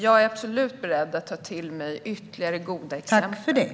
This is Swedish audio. Jag är absolut beredd att ta till mig ytterligare goda exempel.